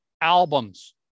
albums